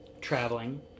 traveling